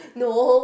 no